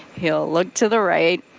he'll look to the right.